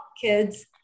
Kids